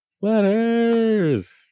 Letters